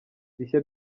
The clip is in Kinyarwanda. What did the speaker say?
rishya